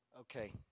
Okay